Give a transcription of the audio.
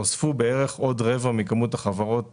נוספו לשוק בערך עוד רבע מכמות החברות